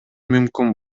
мүмкүн